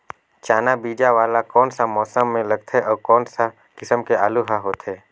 चाना बीजा वाला कोन सा मौसम म लगथे अउ कोन सा किसम के आलू हर होथे?